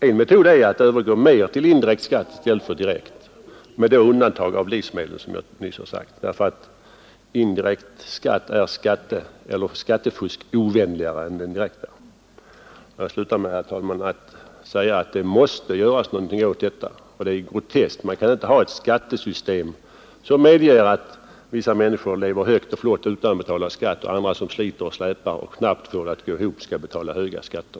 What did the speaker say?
En metod är att mer övergå till indirekt skatt i stället för den direkta skatten — med undantag för livsmedel, som jag nyss har sagt. Indirekt skatt är skattefuskovänligare än den direkta. Jag slutar, herr talman, med att säga att det måste göras någonting åt skattefusk och skatteflykt. Det är groteskt som det nu är. Man kan inte ha ett skattesystem som medger att vissa människor lever högt och flott utan att betala skatt medan andra som sliter och släpar och knappt får det att gå ihop skall betala höga skatter.